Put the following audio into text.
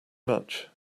much